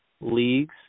leagues